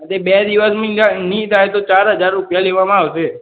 બે દિવસની અંદર નહીં થાય તો ચાર હજાર રૂપિયા લેવામાં આવશે